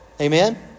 Amen